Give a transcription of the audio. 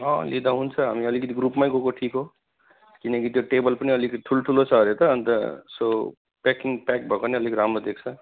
अँ लिँदा हुन्छ हामी अलिकति ग्रुपमै गएको ठिक हो किनकि त्यो टेबल पनि अलिकति ठुल्ठुलो छ अरे त अन्त सो प्याकिङ प्याक भएको नै अलिक राम्रो देख्छ